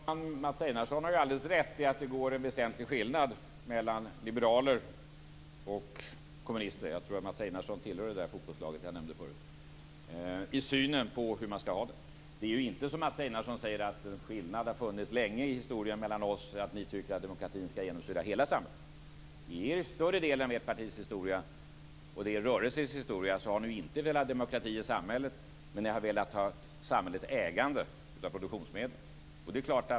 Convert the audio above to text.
Fru talman! Mats Einarsson har alldeles rätt i att det går en väsentlig skiljelinje mellan liberaler och kommunister - jag tror att Mats Einarsson tillhör det fotbollslag som jag nämnde förut - i synen på hur vi skall ha det. Det är inte så som Mats Einarsson sade att skillnaden har funnits länge i historien mellan oss, att ni tyckt att demokrati skall genomsyra hela samhället. Under en större del av ert partis historia och er rörelses historia har ni inte velat ha demokrati i samhället utan i stället velat ha samhällets ägande av produktionsmedlen.